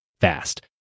fast